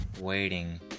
waiting